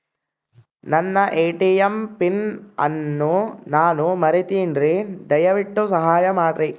ನನ್ನ ATM PIN ಅನ್ನು ನಾನು ಮರಿತಿನ್ರಿ, ದಯವಿಟ್ಟು ಸಹಾಯ ಮಾಡ್ರಿ